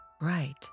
Right